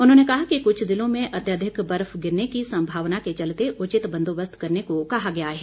उन्होंने कहा कि कुछ जिलों में अत्यधिक बर्फ गिरने की संभावना के चलते उचित बंदोबस्त करने को कहा गया है